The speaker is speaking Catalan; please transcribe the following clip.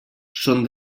són